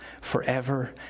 forever